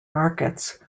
markets